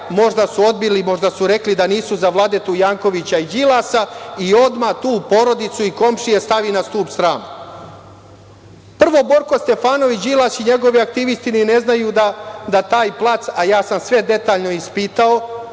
možda su odbili, možda su rekli da nisu za Vladetu Jankovića i Đilasa, i odmah tu porodicu i komšije stave na stub srama. Prvo, Borko Stefanović, Đilas i njegovi aktivisti ni ne znaju da taj plac, a ja sam sve detaljno ispitao,